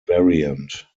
variant